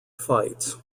fights